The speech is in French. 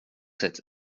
sept